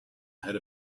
had